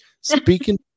Speaking